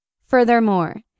Furthermore